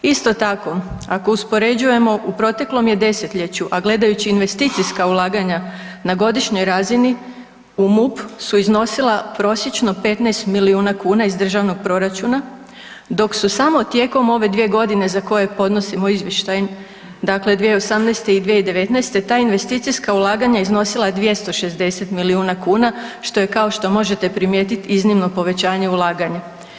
Isto tako ako uspoređujemo u proteklom je desetljeću, a gledajući investicijska ulaganja na godišnjoj razini u MUP su iznosila prosječno 15 milijuna kuna iz državnog proračuna dok su samo tijekom ove 2 godine za koje podnosimo izvještaj, dakle 2018. i 2019. ta investicijska ulaganja iznosila 260 milijuna kuna što je kao što možete primijetiti iznimno povećanje ulaganja.